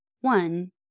One